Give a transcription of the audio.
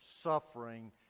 suffering